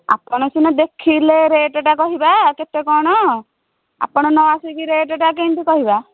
ଆପଣ ସିନା ଦେଖିଲେ ରେଟ୍ଟା କହିବା କେତେ କ'ଣ ଆପଣ ନ ଆସିକି ରେଟ୍ଟା କେମିତି କହିବା